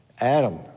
Adam